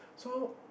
so